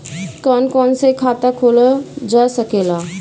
कौन कौन से खाता खोला जा सके ला?